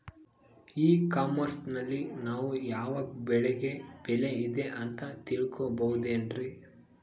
E commerce ನಲ್ಲಿ ನಾವು ಯಾವ ಬೆಳೆಗೆ ಬೆಲೆ ಇದೆ ಅಂತ ತಿಳ್ಕೋ ಬಹುದೇನ್ರಿ?